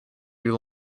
you